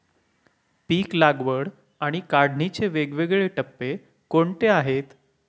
पीक लागवड आणि काढणीचे वेगवेगळे टप्पे कोणते आहेत?